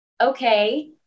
okay